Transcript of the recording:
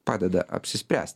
padeda apsispręst